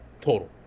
total